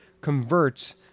converts